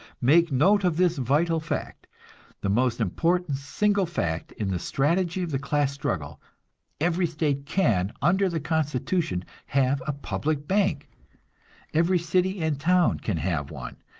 make note of this vital fact the most important single fact in the strategy of the class struggle every state can, under the constitution, have a public bank every city and town can have one,